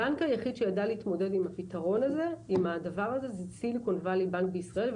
הבנק היחיד שידע להתמודד עם הדבר הזה הוא סיליקון ואלי בנק בישראל,